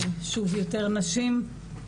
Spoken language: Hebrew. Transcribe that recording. שוב יותר נשים.